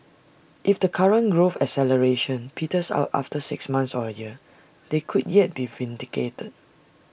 if the current growth acceleration peters out after six months or A year they could yet be vindicated